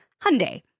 Hyundai